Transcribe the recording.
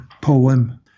poem